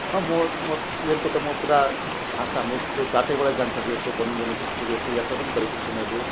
अब म रेलको त म पुरा थाह छ हाम्रो त्यो बाटैबाट जान्छ रेलको वर्णन गर्न सक्छु रेलको यात्रा पनि गरेको छु मैले